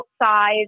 outside